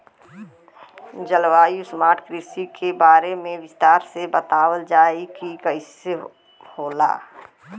जलवायु स्मार्ट कृषि के बारे में विस्तार से बतावल जाकि कइसे होला?